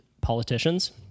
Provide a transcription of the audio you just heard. politicians